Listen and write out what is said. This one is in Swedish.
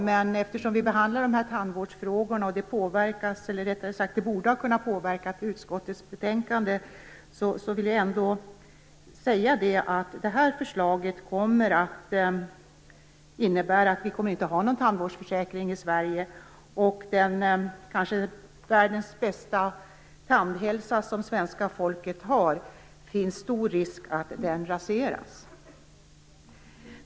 Men eftersom vi behandlar tandvårdsfrågor och det borde ha kunnat påverka utskottets betänkande, vill jag ändå säga att det här förslaget innebär att vi inte kommer att ha någon tandvårdsförsäkring i Sverige. Det finns stor risk för att världens bästa tandhälsa, som svenska folket har, raseras.